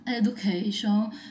education